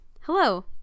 Hello